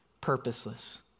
purposeless